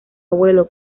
abuelo